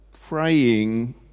praying